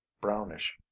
brownish